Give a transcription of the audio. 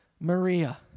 Maria